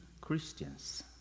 Christians